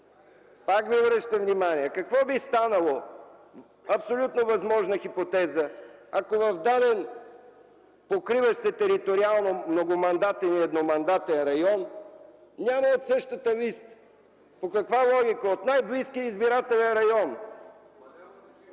Пак ви обръщам внимание: какво би станало, абсолютно възможна хипотеза, ако в даден покриващ се териториално многомандатен и едномандатен район няма от същата листа? По каква логика – от най-близкия избирателен район?